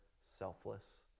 selfless